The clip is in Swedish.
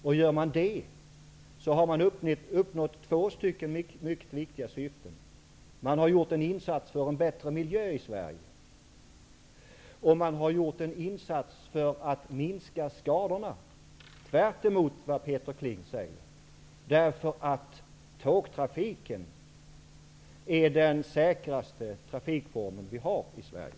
Om de gör det, har man uppnått två mycket viktiga syften. Man har gjort en insats för en bättre miljö i Sverige, och man har gjort en insats för att minska skadorna, tvärtemot vad Peter Kling säger. Tågtrafiken är nämligen den säkraste trafikform som vi har i Sverige.